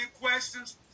questions